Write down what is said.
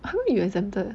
how you exempted